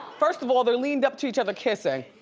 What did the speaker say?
first of all, they're leaned up to each other kissing.